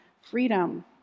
freedom